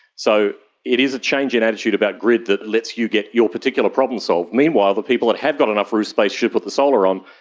so it is a change in attitude about grid that lets you get your particular problem solved. meanwhile the people that have got enough roof space should put the solar on,